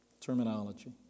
terminology